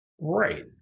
Right